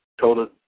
Total